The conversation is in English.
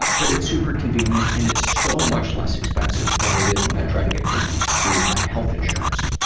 but but it's super convenient, and it's so much less expensive than it is when i try to get through um through my health insurance.